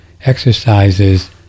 exercises